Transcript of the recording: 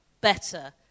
better